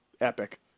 epic